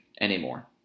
anymore